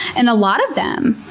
and a lot of them,